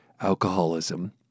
alcoholism